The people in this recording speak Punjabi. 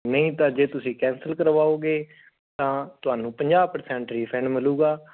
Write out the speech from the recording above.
ਨਹੀਂ ਤਾਂ ਜੇ ਤੁਸੀਂ ਕੈਂਸਲ ਕਰਵਾਓਗੇ ਤਾਂ ਤੁਹਾਨੂੰ ਪੰਜਾਹ ਪਰਸੈਂਟ ਰੀਫੰਡ ਮਿਲੇਗਾ